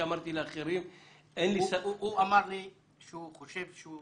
הוא אמר לי שהוא חושב שהוא